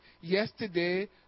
Yesterday